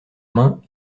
main